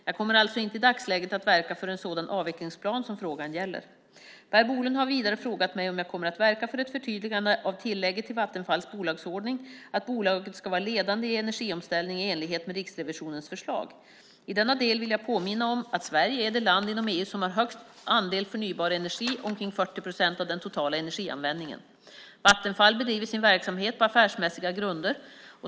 Jag kommer alltså inte i dagsläget att verka för en sådan avvecklingsplan som frågan gäller. Per Bolund har vidare frågat mig om jag kommer att verka för ett förtydligande av tillägget till Vattenfalls bolagsordning att bolaget ska vara ledande i energiomställningen, i enlighet med Riksrevisionens förslag. I denna del vill jag påminna om att Sverige är det land inom EU som har högst andel förnybar energi, omkring 40 procent av den totala energianvändningen. Vattenfall bedriver sin verksamhet på affärsmässiga grunder.